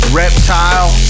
reptile